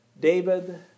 David